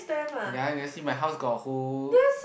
ya never see my house got a whole